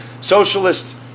socialist